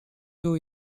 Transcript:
two